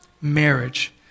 marriage